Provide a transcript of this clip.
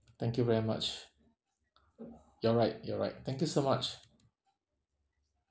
thank you very much you're right you're right thank you so much